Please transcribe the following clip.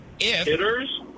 Hitters